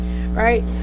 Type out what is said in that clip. Right